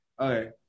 Okay